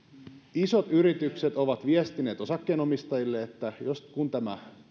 isot yritykset ovat viestineet osakkeenomistajille että kun tämä